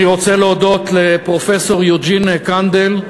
אני רוצה להודות לפרופסור יוג'ין קנדל,